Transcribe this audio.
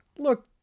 Look